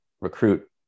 recruit